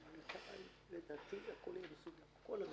הצבעה בעד, רוב נגד, אין נמנעים,